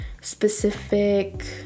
specific